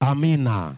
Amina